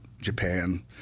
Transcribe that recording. Japan